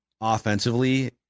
offensively